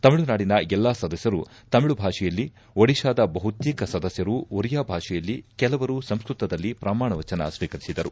ತಮಿಳುನಾಡಿನ ಎಲ್ಲಾ ಸದಸ್ಟರು ತಮಿಳು ಭಾಷೆಯಲ್ಲಿ ಓಡಿತಾದ ಬಹುತೇಕ ಸದಸ್ಲರು ಓರಿಯಾ ಭಾಷೆಯಲ್ಲಿ ಕೆಲವರು ಸಂಸ್ಲತದಲ್ಲಿ ಪ್ರಮಾಣವಚನ ಶ್ವೀಕರಿಸಿದರು